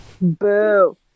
Boo